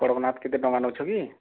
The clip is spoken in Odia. ପର ବନାତ କେତେ ଟଙ୍କା ନଉଛ କି